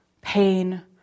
pain